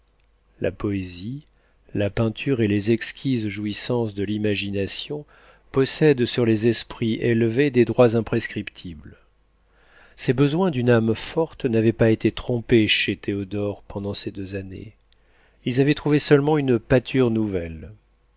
la poésie la peinture et les exquises jouissances de l'imagination possèdent sur les esprits élevés des droits imprescriptibles ces besoins d'une âme forte n'avaient pas été trompés chez théodore pendant ces deux années ils avaient trouvé seulement une pâture nouvelle